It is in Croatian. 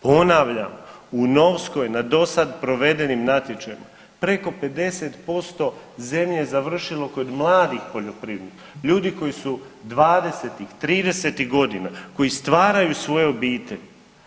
Ponavljam, u Novskoj na do sad provedenim natječajima preko 50% zemlje je završilo kod mladih poljoprivrednika, ljudi koji su 20-tih, 30-tih godina, koji stvaraju svoje obitelji.